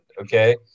okay